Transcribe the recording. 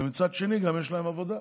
ומצד שני, גם עבודה,